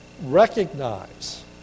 Recognize